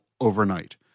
overnight